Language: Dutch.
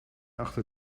achter